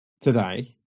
today